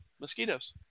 mosquitoes